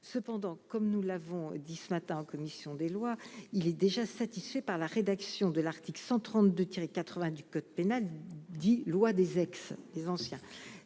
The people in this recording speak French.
cependant, comme nous l'avons dit ce matin en commission des lois, il est déjà satisfait par la rédaction de l'article 132 tirer 80 du code pénal, dit loi des ex-des anciens